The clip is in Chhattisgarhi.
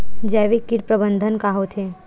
जैविक कीट प्रबंधन का होथे?